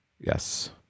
Yes